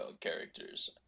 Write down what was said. characters